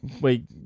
Wait